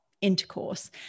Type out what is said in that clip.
intercourse